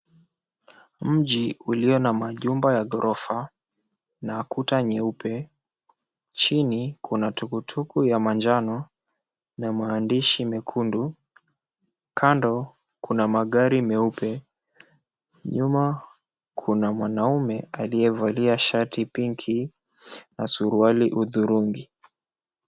Mji ulio na majumba ya gorofa yenye kuta nyeupe, chini kuna tukutuku ya manjano yenye maandishi mekundu. Kando kuna magari meupe, nyuma kuna mwanamme aliyevalia shati la pinki na suruali ya udhurungi.